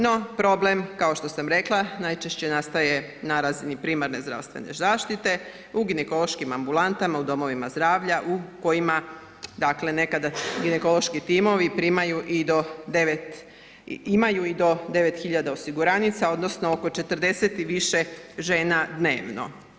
No, problem, kao što sam rekla, najčešće nastaje na razini primarne zdravstvene zaštite u ginekološkim ambulanta u domovima zdravlja u kojima nekada ginekološki timovi primaju i do, imaju i do 9000 osiguranica odnosno 40 više žena dnevno.